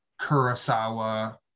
Kurosawa